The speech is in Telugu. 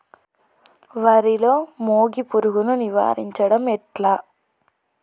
వరిలో మోగి పురుగును నివారించడం ఎట్లా?